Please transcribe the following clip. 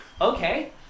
okay